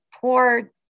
poor